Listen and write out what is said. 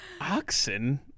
oxen